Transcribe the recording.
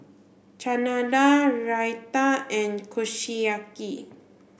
Chana Dal Raita and Kushiyaki